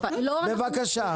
לא, אנחנו --- בבקשה.